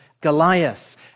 Goliath